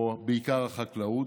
בעיקר החקלאות,